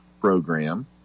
program